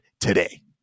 today